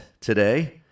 today